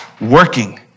working